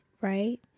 right